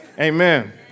Amen